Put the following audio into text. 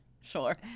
sure